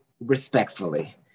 respectfully